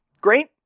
Great